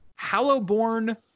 Hallowborn